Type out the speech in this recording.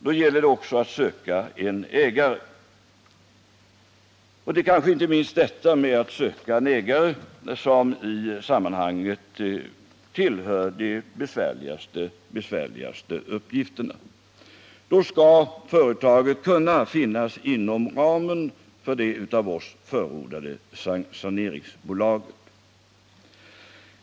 Då gäller det också att söka en ägare. Det är kanske inte minst detta med att söka en ägare som i sammanhanget tillhör de besvärligaste uppgifterna. Då skall företaget kunna finnas inom ramen för det av oss förordade saneringsbolaget.